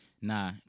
Nah